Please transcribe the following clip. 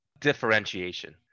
Differentiation